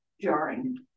jarring